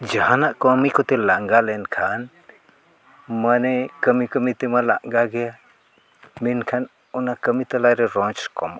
ᱡᱟᱦᱟᱱᱟᱜ ᱠᱟᱹᱢᱤ ᱠᱚᱛᱮ ᱞᱟᱸᱜᱟ ᱞᱮᱱᱠᱷᱟᱱ ᱢᱟᱱᱮ ᱠᱟᱹᱢᱤ ᱠᱟᱹᱢᱤ ᱛᱮᱢᱟ ᱞᱟᱸᱜᱟᱜ ᱜᱮᱭᱟ ᱢᱮᱱᱠᱷᱟᱱ ᱚᱱᱟ ᱠᱟᱹᱢᱤ ᱛᱟᱞᱟᱨᱮ ᱨᱚᱡᱽ ᱠᱚᱢᱚᱜᱼᱟ